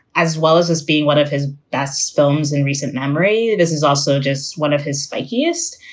as well as us being one of his best films in recent memory, this is also just one of his spiciest.